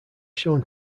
shown